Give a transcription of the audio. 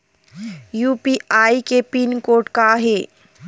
UPI के pin code का हे?